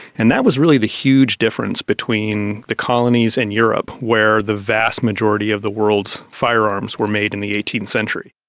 and that was really the huge difference between the colonies and europe where the vast majority of the world's firearms were made in the eighteenth century.